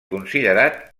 considerat